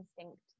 instinct